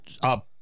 up